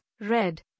red